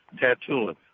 Tattooing